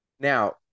Now